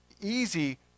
easy